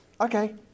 Okay